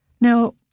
now